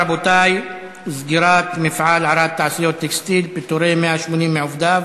רבותי: סגירת מפעל "ערד תעשיות טקסטיל" ופיטורי 180 מעובדיו,